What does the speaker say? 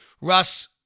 Russ